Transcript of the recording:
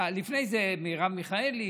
לפני זה מרב מיכאלי,